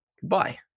goodbye